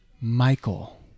Michael